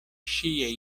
ŝiaj